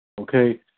Okay